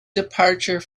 departure